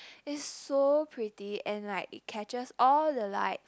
it's so pretty and like it catches all the light